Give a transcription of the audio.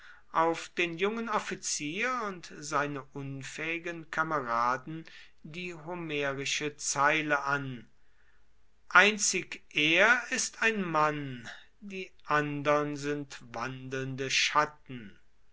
auf den jungen offizier und seine unfähigen kameraden die homerische zeile an einzig er ist ein mann die andern sind wandelnde schatten